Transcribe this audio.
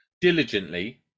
diligently